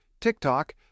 TikTok